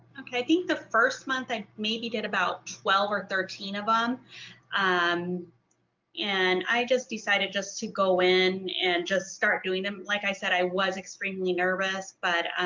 okay i think the first month i maybe did about twelve or thirteen of ah them and and i just decided just to go in and just start doing them. like i said i was extremely nervous but